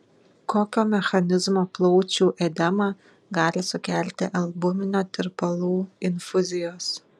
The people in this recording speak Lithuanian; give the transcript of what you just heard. kokio mechanizmo plaučių edemą gali sukelti albumino tirpalų infuzijos